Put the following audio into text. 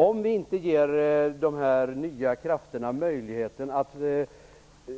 Om vi inte ger de nya krafterna möjlighet att antingen köra transporterna